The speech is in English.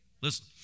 Listen